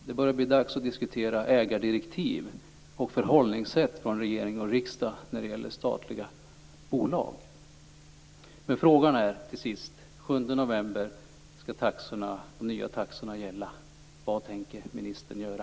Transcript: Det börjar bli dags att diskutera ägardirektiv och förhållningssätt från regering och riksdag när det gäller statliga bolag. Till sist: Den 7 november skall de nya taxorna börja gälla. Vad tänker ministern göra?